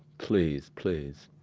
please, please.